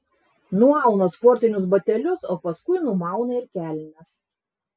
nuauna sportinius batelius o paskui numauna ir kelnes